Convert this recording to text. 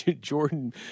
Jordan